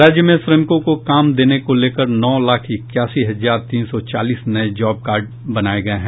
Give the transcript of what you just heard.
राज्य में श्रमिकों को काम देने को लेकर नौ लाख इक्यासी हजार तीन सौ चालीस नये जॉब कार्ड बनाये गये हैं